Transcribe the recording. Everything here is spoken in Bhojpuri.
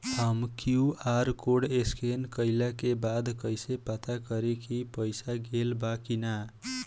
हम क्यू.आर कोड स्कैन कइला के बाद कइसे पता करि की पईसा गेल बा की न?